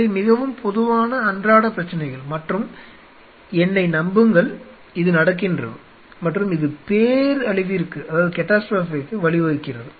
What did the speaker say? இவை மிகவும் பொதுவான அன்றாட பிரச்சனைகள் மற்றும் என்னை நம்புங்கள் இது நடக்கின்றது மற்றும் இது பேரழிவிற்கு வழிவகுக்கிறது